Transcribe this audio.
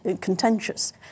contentious